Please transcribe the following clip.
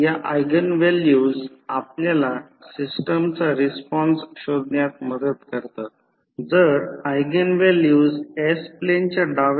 तर core loss हे hysteresis आणि एडी विद्युत प्रवाह नुकसान आहे कोर लॉस स्थिर व्होल्टेज आणि वारंवारतेवर चालणार्या रोहीत्रसाठी स्थिर आहे